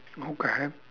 okay